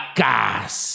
gas